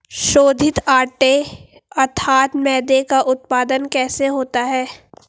शोधित आटे अर्थात मैदे का उत्पादन कैसे होता है?